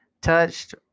touched